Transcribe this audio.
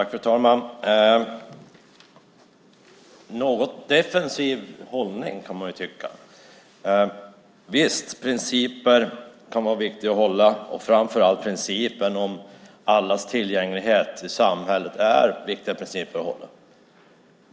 Fru talman! Man kan tycka att det är en något defensiv hållning. Visst kan det vara viktigt att hålla sig till principer. Det gäller framför allt principen om allas tillgänglighet i samhället.